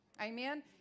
amen